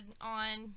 on